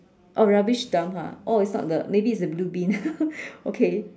oh rubbish dump ha oh it's not the maybe it's the blue bin okay